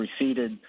receded